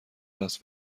لاس